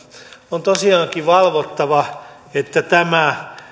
on tosiaankin valvottava että tämä